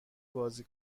بازی